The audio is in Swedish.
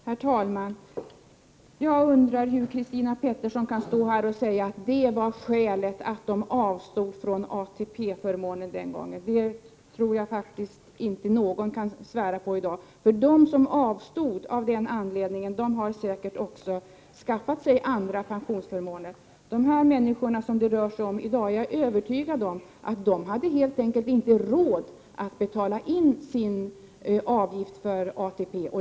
Herr talman! Jag undrar hur Christina Pettersson kan stå här och säga: Detta är skälet till att man den gången avstod från ATP-förmåner. Jag tror att ingen i dag kan svära på det. De som avstod av den anledningen har säkert också skaffat sig andra pensionsförmåner. Jag är övertygad om att de människor som det i dag handlar om helt enkelt inte hade råd att betala in sin avgift för ATP.